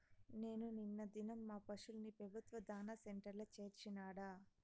నేను నిన్న దినం మా పశుల్ని పెబుత్వ దాణా సెంటర్ల చేర్చినాడ